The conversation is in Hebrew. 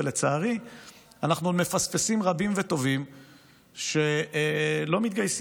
ולצערי אנחנו מפספסים רבים וטובים שלא מתגייסים,